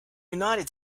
united